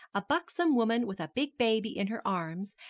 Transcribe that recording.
a buxom woman with a big baby in her arms,